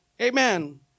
amen